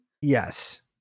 Yes